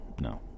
no